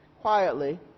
quietly